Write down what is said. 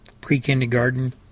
pre-kindergarten